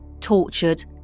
tortured